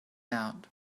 out